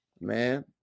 Man